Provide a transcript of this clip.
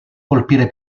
colpire